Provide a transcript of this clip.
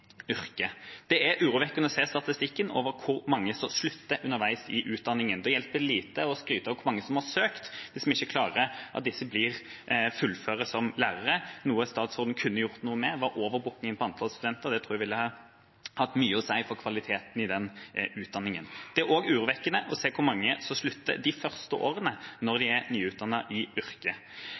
Det er urovekkende å se statistikken over hvor mange som slutter underveis i utdanningen. Det hjelper lite å skryte av hvor mange som har søkt, hvis vi ikke klarer å få disse til å fullføre og bli lærere. Noe statsråden kunne gjort noe med, er overbookingen av antall studenter. Det tror jeg ville hatt mye å si for kvaliteten i utdanningen. Det er også urovekkende å se hvor mange som slutter de første årene mens de er nyutdannet i yrket.